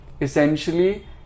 essentially